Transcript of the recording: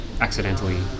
accidentally